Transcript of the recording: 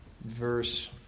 verse